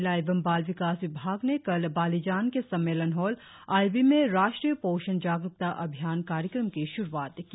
महिला एवं बाल विकास विभाग ने कल बालिजान के सम्मेलन हॉल आई बी में राष्ट्रीय पोषण जागरुकता अभियान कार्यक्रम की श्रुआत की